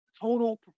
total